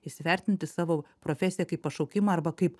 įsivertinti savo profesiją kaip pašaukimą arba kaip